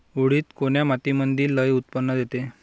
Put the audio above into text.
उडीद कोन्या मातीमंदी लई उत्पन्न देते?